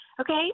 okay